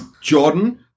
jordan